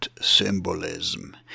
symbolism